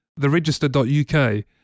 theregister.uk